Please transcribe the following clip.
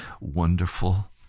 wonderful